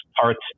parts